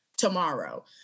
Tomorrow